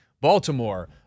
Baltimore